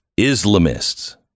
Islamists